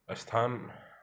स्थान